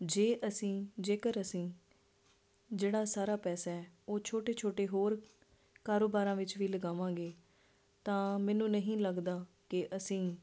ਜੇ ਅਸੀਂ ਜੇਕਰ ਅਸੀਂ ਜਿਹੜਾ ਸਾਰਾ ਪੈਸਾ ਉਹ ਛੋਟੇ ਛੋਟੇ ਹੋਰ ਕਾਰੋਬਾਰਾਂ ਵਿੱਚ ਵੀ ਲਗਾਵਾਂਗੇ ਤਾਂ ਮੈਨੂੰ ਨਹੀਂ ਲੱਗਦਾ ਕਿ ਅਸੀਂ